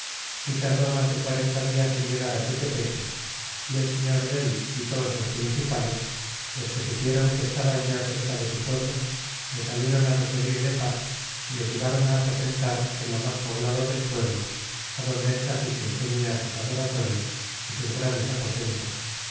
y tardó mas de quarenta dias en llegar tutepeque y el señor dél y todos los principales desque supiéron que estaban ya cerca de su pueblo le salieron recebir de paz y les llevaron aposentar en lo mas poblado del pueblo adonde el cacique tenia sus adoratorios y sus grandes aposentos